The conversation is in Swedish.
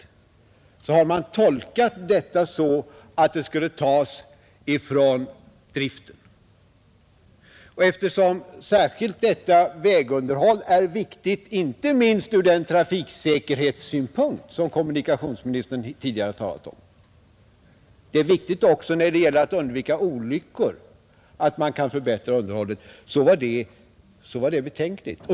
Där har man tolkat saken så att medlen skulle tas från anslaget för driften, vilket är beklagligt eftersom detta vägunderhåll är viktigt inte minst från den trafiksäkerhetssynpunkt som kommunikationsministern tidigare talat om. När det gäller att undvika olyckor är det viktigt att man kan förbättra underhållet.